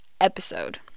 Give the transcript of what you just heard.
episode